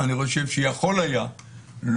אני חושב שיכול היה,